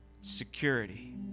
security